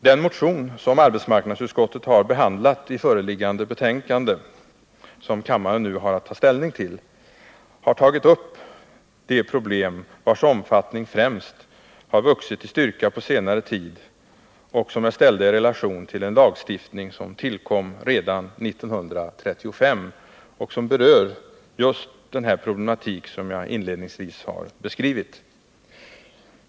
Den motion som arbetsmarknadsutskottet har behandlat i föreliggande betänkande, vilket kammaren nu har att ta ställning till, har tagit upp problem, vilkas omfattning främst har vuxit i styrka på senare tid, ställda i relation till en lagstiftning som tillkom redan 1935 och som berör just den problematik som jag inledningsvis beskrev.